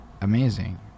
amazing